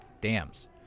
dams